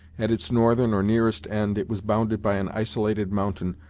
at its northern, or nearest end, it was bounded by an isolated mountain,